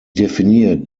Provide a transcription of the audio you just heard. definiert